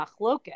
Machloket